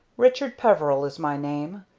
richard peveril is my name,